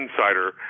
insider